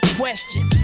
question